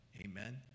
Amen